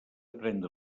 prendre